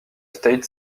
state